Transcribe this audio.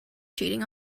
cheating